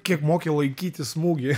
kiek moki laikyti smūgį